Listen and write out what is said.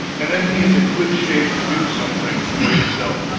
and then he is in good shape to do something for himself,